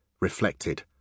reflected